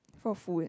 for food